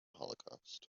holocaust